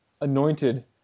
anointed